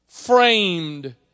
Framed